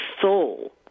soul